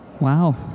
Wow